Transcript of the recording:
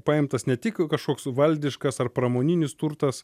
paimtas ne tik kažkoks valdiškas ar pramoninis turtas